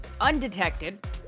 Undetected